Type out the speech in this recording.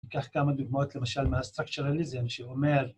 ניקח כמה דוגמאות למשל מה-structuralism שאומר